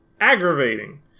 aggravating